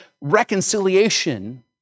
reconciliation